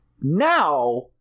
Now